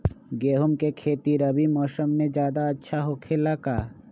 गेंहू के खेती रबी मौसम में ज्यादा होखेला का?